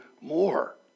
more